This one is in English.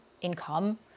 income